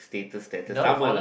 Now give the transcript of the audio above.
status status sama lah